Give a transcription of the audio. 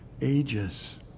ages